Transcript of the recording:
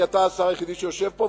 כי אתה השר היחיד שיושב פה,